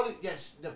Yes